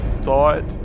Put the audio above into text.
thought